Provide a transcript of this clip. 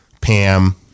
Pam